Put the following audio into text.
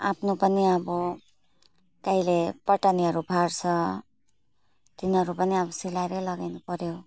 आफ्नो पनि अब कहिले पटानीहरू फाट्छ तिनीहरू पनि अब सिलाएर लगाइदिनु पर्यो